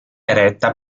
eretta